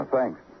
Thanks